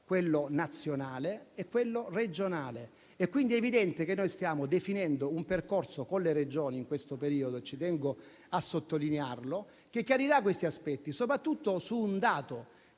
quello nazionale e quello regionale. Quindi è evidente che stiamo definendo un percorso con le Regioni, in questo periodo - ci tengo a sottolinearlo - che chiarirà questi aspetti, soprattutto su un dato,